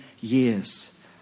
Years